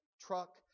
truck